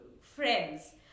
friends